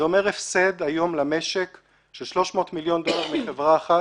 זה אומר הפסד היום למשק של 300 מיליון דולר מחברה אחת,